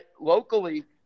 locally